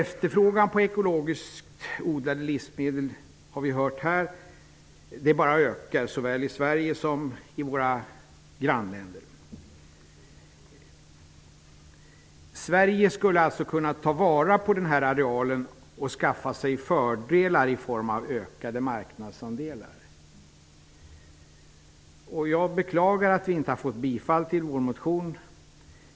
Efterfrågan på ekologiskt odlade livsmedel har vi hört här bara ökar, såväl i Sverige som i våra grannländer. Sverige skulle alltså kunna ta vara på den här arealen och skaffa sig fördelar i form av ökade marknadsandelar. Jag beklagar att vår motion inte har tillstyrkts.